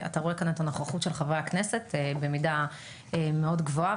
ואתה רואה כאן את הנוכחות של חברי הכנסת במידה מאוד גבוהה,